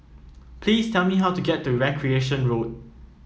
please tell me how to get to Recreation Road